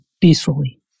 peacefully